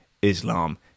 islam